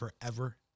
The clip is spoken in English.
forever